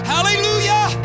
Hallelujah